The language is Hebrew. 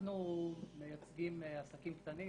אנחנו מייצגים עסקים קטנים